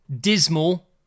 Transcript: dismal